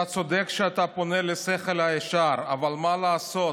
אתה צודק כשאתה פונה לשכל הישר, אבל מה לעשות,